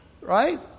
Right